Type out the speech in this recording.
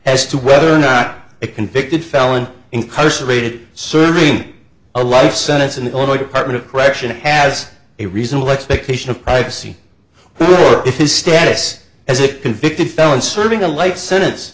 as to whether or not a convicted felon incarcerated serving a life sentence in the illinois department of correction as a reasonable expectation of privacy or if his status as a convicted felon serving a life sentence